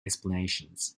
explanations